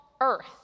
earth